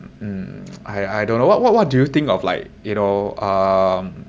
mm I I don't know what what what do you think of like you know um